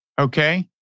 Okay